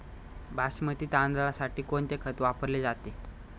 बासमती तांदळासाठी कोणते खत वापरले जाते?